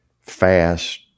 fast